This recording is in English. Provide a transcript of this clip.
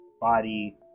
body